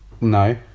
No